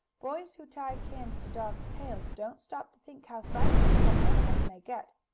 boys who tie cans to dogs' tails don't stop to think how frightened the poor animals may get.